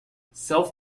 self